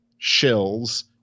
shills